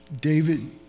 David